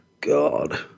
God